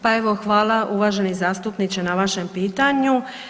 Pa evo hvala uvaženi zastupničke na vašem pitanju.